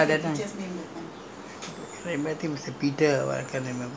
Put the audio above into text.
no lah now it's the now it's the broken the old school lah that time